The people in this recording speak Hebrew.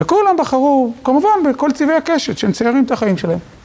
וכולם בחרו, כמובן, בכל צבעי הקשת שהם מציירים את החיים שלהם.